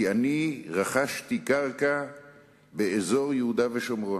כי אני רכשתי קרקע באזור יהודה ושומרון.